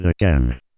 again